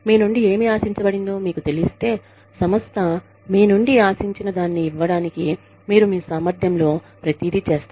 మీ నుండి ఏమి ఆశించబడుతుందో మీకు తెలిస్తే సంస్థ మీ నుండి ఆశించిన దాన్ని ఇవ్వడానికి మీరు మీ సామర్థ్యంలో ప్రతిదీ చేస్తారు